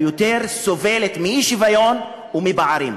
היותר-סובלת מאי-שוויון ומפערים.